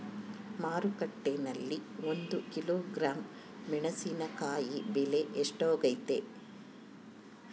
ಮಾರುಕಟ್ಟೆನಲ್ಲಿ ಒಂದು ಕಿಲೋಗ್ರಾಂ ಮೆಣಸಿನಕಾಯಿ ಬೆಲೆ ಎಷ್ಟಾಗೈತೆ?